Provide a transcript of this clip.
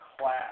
class